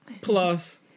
Plus